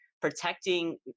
protecting